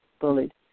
bullied